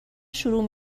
شروع